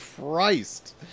Christ